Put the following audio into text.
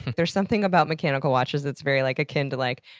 there's something about mechanical watches that's very like akin to like,